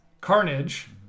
Carnage